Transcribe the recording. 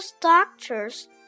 doctors